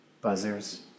buzzers